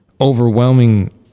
overwhelming